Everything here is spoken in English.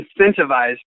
incentivized